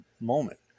moment